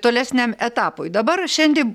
tolesniam etapui dabar šiandie